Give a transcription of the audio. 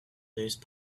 those